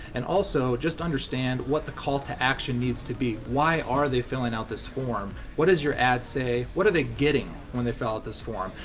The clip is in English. and also, just understand what the call to action needs to be. why are they filling out this form? what does your ad say? what are they getting when they fill out this form?